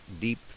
deep